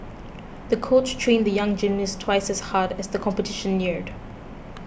the coach trained the young gymnast twice as hard as the competition neared